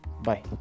Bye